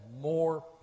more